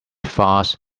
fast